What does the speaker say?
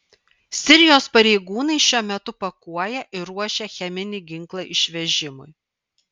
sirijos pareigūnai šiuo metu pakuoja ir ruošia cheminį ginklą išvežimui